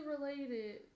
related